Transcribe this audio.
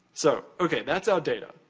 so, okay, that's our data.